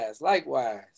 likewise